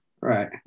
right